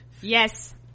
Yes